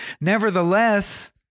Nevertheless